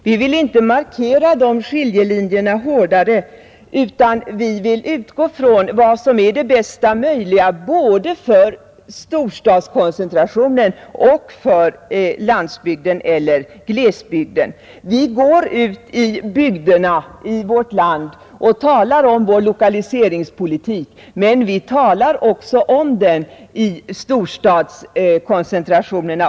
Vi vill inte markera skiljelinjerna däremellan hårdare, utan vi vill utgå ifrån vad som är det bästa möjliga både för storstadskoncentrationen och för landsbygden eller glesbygden. Vi går ut i bygderna i vårt land och talar om vår lokaliseringspolitik, men vi talar också om den i storstadskoncentrationerna.